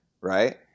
right